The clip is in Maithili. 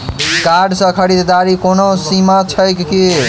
कार्ड सँ खरीददारीक कोनो सीमा छैक की?